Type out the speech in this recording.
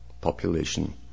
population